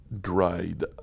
dried